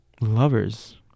lovers